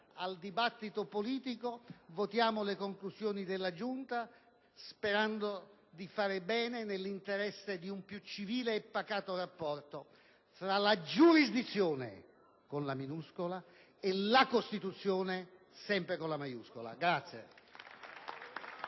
al dibattito politico - che votiamo a favore delle conclusioni della Giunta, sperando di far bene, nell'interesse di un più civile e pacato rapporto fra la giurisdizione, con la minuscola, e la Costituzione, sempre con la maiuscola.